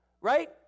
Right